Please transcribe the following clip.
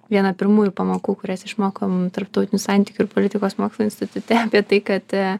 viena pirmųjų pamokų kurias išmokom tarptautinių santykių ir politikos mokslų institute apie tai kad